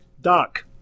Doc